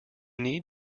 need